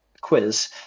quiz